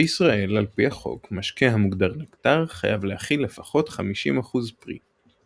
בישראל על פי החוק משקה המוגדר נקטר חייב להכיל לפחות חמישים אחוז פרי.